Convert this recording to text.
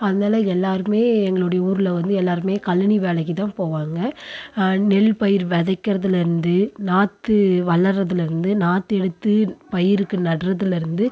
அதனால எல்லோருமே எங்களுடைய ஊரில் வந்து எல்லோருமே கழனி வேலைக்கு தான் போவாங்க நெல் பயிர் விதைக்கிறதுலேந்து நாற்று வளர்கிறதுலருந்து நாற்று எடுத்து பயிருக்கு நடுறதுலருந்து